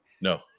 No